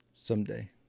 someday